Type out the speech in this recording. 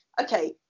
okay